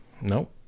No